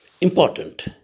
important